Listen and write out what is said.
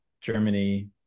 Germany